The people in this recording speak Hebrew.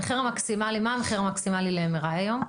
המחיר המקסימלי מה המחיר המקסימלי ל-MRI היום?